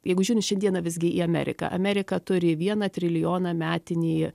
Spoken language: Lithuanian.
jeigu žiūrint šiandieną visgi į ameriką amerika turi vieną trilijoną metinį